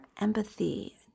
empathy